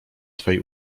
twej